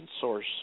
source